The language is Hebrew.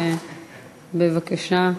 בבקשה,